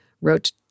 wrote